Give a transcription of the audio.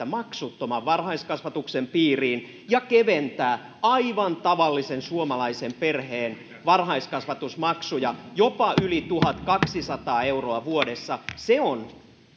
maksuttoman varhaiskasvatuksen piiriin ja keventää aivan tavallisen suomalaisen perheen varhaiskasvatusmaksuja jopa yli tuhatkaksisataa euroa vuodessa se on